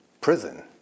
prison